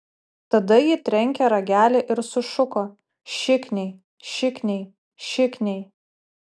tada ji trenkė ragelį ir sušuko šikniai šikniai šikniai